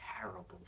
terrible